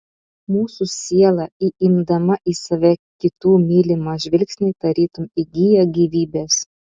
mūsų siela įimdama į save kitų mylimą žvilgsnį tarytum įgyja gyvybės